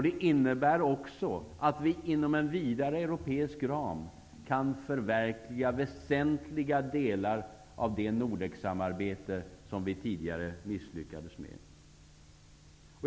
Det innebär också att vi inom en vidare europeisk ram kan förerkliga väsentliga delar av det NORDEK-samarbete som vi tidigare misslyckades med.